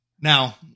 Now